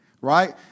right